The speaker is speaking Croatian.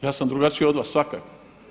Ja sam drugačiji od vas svakako.